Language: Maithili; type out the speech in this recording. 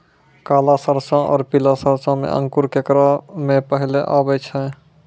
काला सरसो और पीला सरसो मे अंकुर केकरा मे पहले आबै छै?